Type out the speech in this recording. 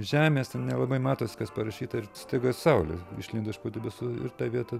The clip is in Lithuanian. žemės ten nelabai matosi kas parašyta ir staiga saulė išlindo iš padebesių ir ta vieta